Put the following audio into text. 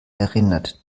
erinnert